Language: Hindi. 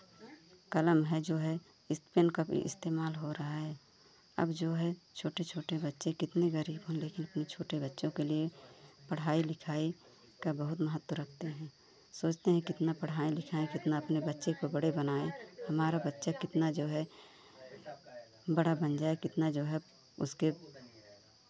कलम है जो है इस पेन का भी इस्तेमाल हो रहा है अब जो है छोटे छोटे बच्चे कितने ग़रीब हों लेकिन इन छोटे बच्चों के लिए पढ़ाई लिखाई का बहुत महत्व रखते हैं सोचते हैं कितना पढ़ाएं लिखाएं कितना अपने बच्चे को बड़े बनाएं हमारा बच्चा कितना जो है बड़ा बन जाए कितना जो है उसके